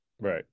Right